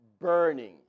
burning